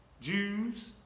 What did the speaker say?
Jews